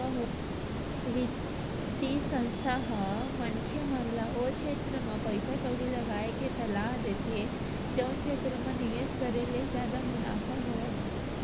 बित्तीय संस्था ह मनखे मन ल ओ छेत्र म पइसा कउड़ी लगाय के सलाह देथे जउन क्षेत्र म निवेस करे ले जादा मुनाफा होवय